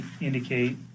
indicate